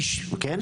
כן.